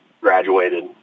graduated